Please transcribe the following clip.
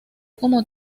como